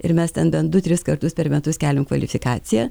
ir mes ten bent du tris kartus per metus keliam kvalifikaciją